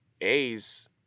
A's